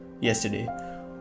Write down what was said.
yesterday